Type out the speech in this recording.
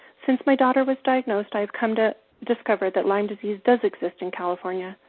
since my daughter was diagnosed, i have come to discover that lyme disease does exist in california.